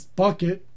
bucket